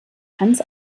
hans